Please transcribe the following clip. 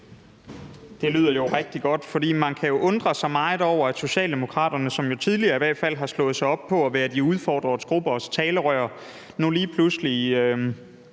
Det lyder rigtig godt, for man kan jo undre sig meget over, at Socialdemokraterne, som i hvert fald tidligere har slået sig op på at være de udfordrede gruppers talerør, nu lige pludselig